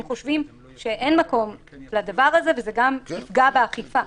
חושבים שאין מקום לדבר הזה וזה יפגע באכיפה.